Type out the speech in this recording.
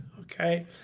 Okay